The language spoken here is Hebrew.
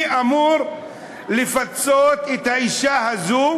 מי אמור לפצות את האישה הזו,